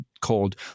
called